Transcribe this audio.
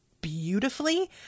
beautifully